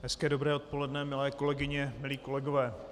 Hezké dobré odpoledne, milé kolegyně, milí kolegové.